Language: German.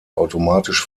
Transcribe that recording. automatisch